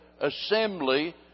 assembly